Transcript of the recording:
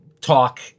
talk